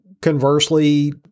Conversely